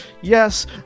Yes